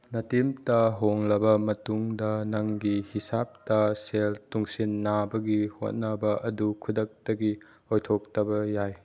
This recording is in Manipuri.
ꯅꯇꯤꯝꯇ ꯍꯣꯡꯂꯕ ꯃꯇꯨꯡꯗ ꯅꯪꯒꯤ ꯍꯤꯡꯁꯥꯞꯇ ꯁꯦꯜ ꯇꯨꯟꯁꯤꯟꯅꯕꯒꯤ ꯍꯣꯠꯅꯕ ꯑꯗꯨ ꯈꯨꯗꯛꯇꯒꯤ ꯑꯣꯏꯊꯣꯛꯇꯕ ꯌꯥꯏ